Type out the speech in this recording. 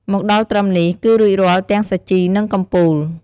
មកដល់ត្រឹមនេះ គឺរួចរាល់ទាំងសាជី និងកំពូល។